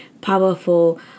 powerful